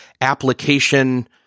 application